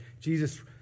Jesus